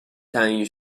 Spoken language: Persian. تعیین